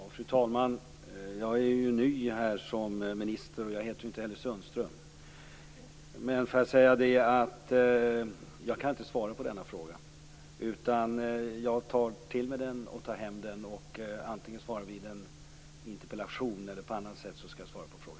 Fru talman! Jag är ju ny som minister, och jag heter inte heller Sundström. Jag kan inte svara på denna fråga. Jag tar till mig den och tar hem den. I ett interpellationssvar eller på annat sätt skall jag svara på frågan.